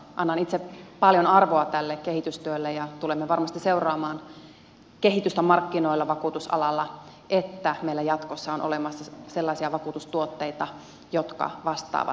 annan itse paljon arvoa tälle kehitystyölle ja tulemme varmasti seuraamaan kehitystä markkinoilla vakuutusalalla että meillä jatkossa on olemassa sellaisia vakuutustuotteita jotka vastaavat tarvetta